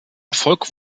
erfolg